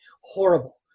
horrible